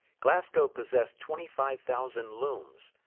glasgow possessed twenty five thousand looms,